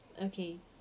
okay